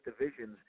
divisions